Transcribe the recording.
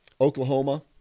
Oklahoma